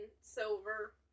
silver